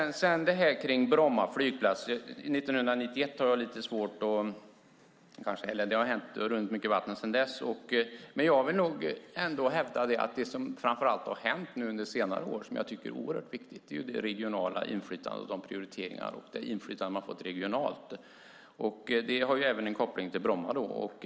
När det gäller Bromma flygplats har det hänt mycket sedan 1991. Men jag vill ändå hävda att det som framför allt har hänt under senare år och som jag tycker är oerhört viktigt handlar om det regionala inflytandet och prioriteringarna. Det har även en koppling till Bromma.